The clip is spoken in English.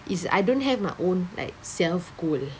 is I don't have my own like self goal